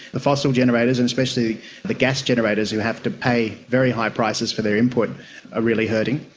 the fossil generators, and especially the gas generators who have to pay very high prices for their input are really hurting.